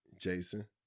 Jason